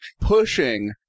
Pushing